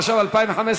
התשע"ו 2015,